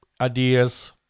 ideas